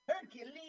hercules